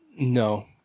No